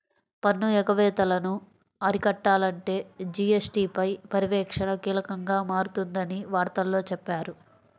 పన్ను ఎగవేతలను అరికట్టాలంటే జీ.ఎస్.టీ పై పర్యవేక్షణ కీలకంగా మారనుందని వార్తల్లో చెప్పారు